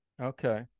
Okay